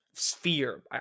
Sphere